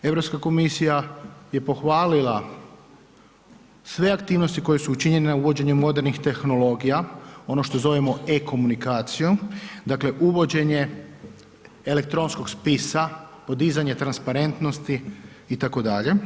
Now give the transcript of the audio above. Europska komisija je pohvalila sve aktivnosti koje su učinjene uvođenjem modernih tehnologija, ono što zovemo e-komunikacijom, dakle uvođenje elektronskog spisa, podizanje transparentnosti itd.